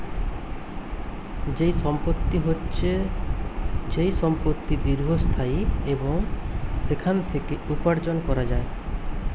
যেই সম্পত্তি হচ্ছে যেই সম্পত্তি দীর্ঘস্থায়ী এবং সেখান থেকে উপার্জন করা যায়